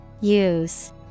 Use